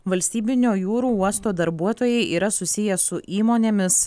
valstybinio jūrų uosto darbuotojai yra susiję su įmonėmis